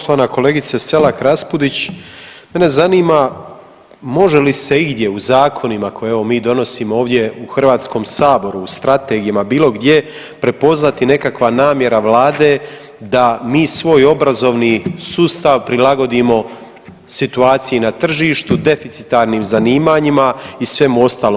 Poštovana kolegice Selak Raspudić mene zanima može li se igdje u zakonima koje evo mi donosimo ovdje u Hrvatskom saboru, u strategijama, bilo gdje prepoznati nekakva namjera Vlade da mi svoj obrazovni sustav prilagodimo situaciji na tržištu, deficitarnim zanimanjima i svemu ostalom?